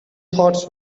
thoughts